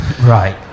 right